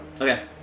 Okay